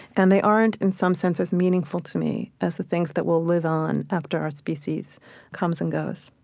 and they aren't, in some sense, as meaningful to me as the things that will live on after our species comes and goes.